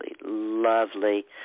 lovely